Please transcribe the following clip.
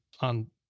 on